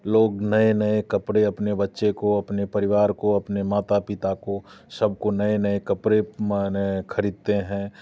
लोग नए नए कपड़े अपने बच्चे को अपने परिवार को अपने माता पिता को सबको नए नए कपड़े माने खरीदते हैं